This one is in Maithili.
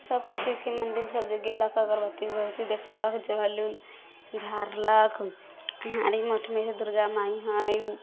सब ठीक हइ मन्दिर सब जे गेलक अगरबत्ती उगरबत्ती देखेलक जल उल ढारलक आओर अन्हारी मठमे दुर्गा माइ हइ